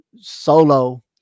Solo